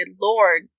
Lord